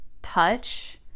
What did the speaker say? touch